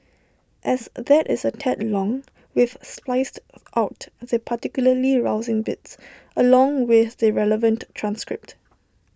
as that is A tad long we've spliced of out the particularly rousing bits along with the relevant transcript